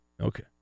Okay